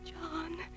John